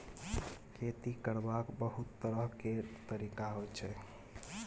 खेती करबाक बहुत तरह केर तरिका होइ छै